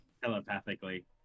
Telepathically